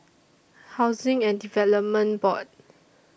Housing and Development Board